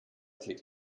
klick